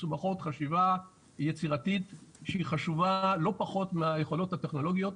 מסובכות חשיבה יצירתית שהיא חשובה לא פחות מהיכולות הטכנולוגיות.